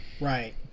Right